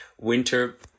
winter